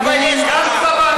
לכסח את כולם.